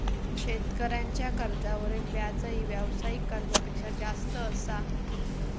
शेतकऱ्यांच्या कर्जावरील व्याजही व्यावसायिक कर्जापेक्षा जास्त असा